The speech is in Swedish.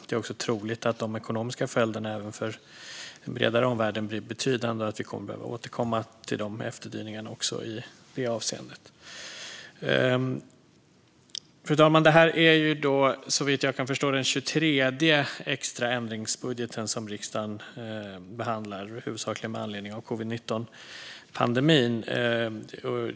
Det är också troligt att de ekonomiska följderna även för den bredare omvärlden blir betydande och att vi kommer att återkomma till de efterdyningarna också i det avseendet. Fru talman! Det här är såvitt jag kan förstå den 23:e extra ändringsbudgeten som riksdagen behandlar, huvudsakligen med anledning av covid-19-pandemin.